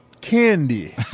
candy